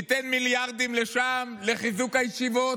ניתן מיליארדים לשם, לחיזוק הישיבות.